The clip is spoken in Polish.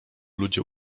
ludzie